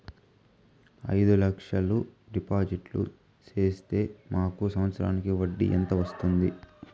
అయిదు లక్షలు డిపాజిట్లు సేస్తే మాకు సంవత్సరానికి వడ్డీ ఎంత వస్తుంది?